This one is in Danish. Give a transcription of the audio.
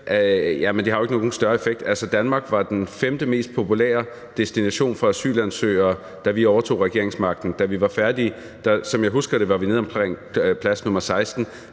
det har jo ikke nogen større effekt. Altså: Danmark var den femte mest populære destination for asylansøgere, da vi overtog regeringsmagten. Da vi var færdige, var vi nede på omkring plads nr. 16